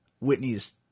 Whitney's